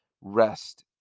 rest